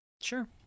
Sure